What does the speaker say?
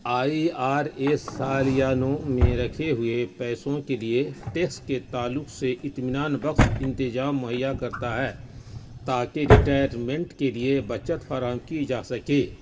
آئی R S سالیانوں میں رکھے ہوئے پیسوں کے لیے ٹیکس کے تعلق سے اطمینان بخش انتظام مہیا کرتا ہے تاکہ ریٹائرمنٹ کے لیے بچت فراہم کی جا سکے